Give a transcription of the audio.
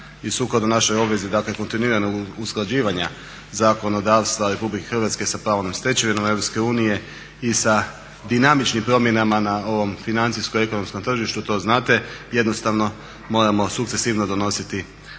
i sukladno našoj obvezi kontinuiranog usklađivanja zakonodavstva RH sa pravnom stečevinom EU i sa dinamičnim promjenama na ovom financijsko-ekonomskom tržištu to znate jednostavno sukcesivno moramo